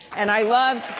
and i loved